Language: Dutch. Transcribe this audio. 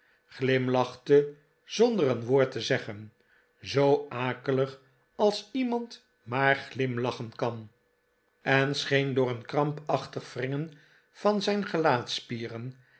glimlachte zonder een woord te zeggen zoo akelig als iemand maar glimlachen kan en scheen door een krampachtig wringen van zijn